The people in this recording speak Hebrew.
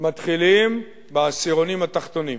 מתחילים בעשירונים התחתונים,